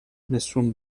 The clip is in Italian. nessun